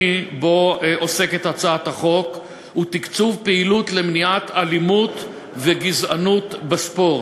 שבו עוסקת הצעת החוק הוא תקצוב פעילות למניעת אלימות וגזענות בספורט.